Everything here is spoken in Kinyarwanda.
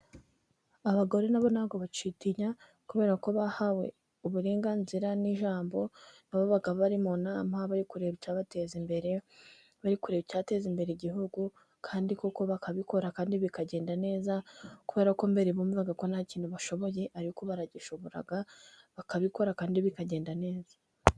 Abagore na bo ntabwo bakitinya kubera ko bahawe uburenganzira n'ijambo, na bo baba bari mu nama bari kureba icyabateza imbere, bari kure icyateza imbere Igihugu, kandi koko bakabikora kandi bikagenda neza, kubera ko mbere bumvaga ko nta kintu bashoboye. Ariko baragishobora bakabikora, kandi bikagenda neza.